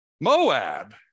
Moab